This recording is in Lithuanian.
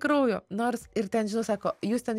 kraujo nors ir ten žinot sako jūs ten